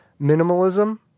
Minimalism